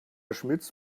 schmitz